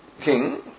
king